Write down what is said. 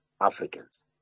Africans